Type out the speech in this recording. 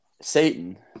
Satan